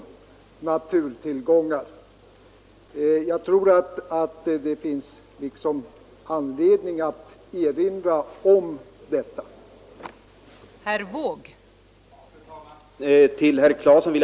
Jag tror att det finns anledning att erinra om detta.